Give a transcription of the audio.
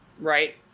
right